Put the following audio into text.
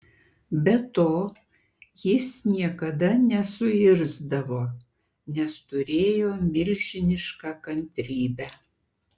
be to jis niekada nesuirzdavo nes turėjo milžinišką kantrybę